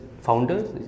founders